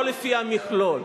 לא לפי המכלול.